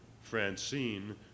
Francine